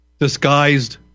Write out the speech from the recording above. disguised